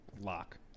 lock